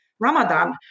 ramadan